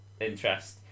interest